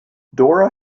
dora